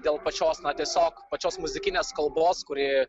dėl pačios na tiesiog pačios muzikinės kalbos kuri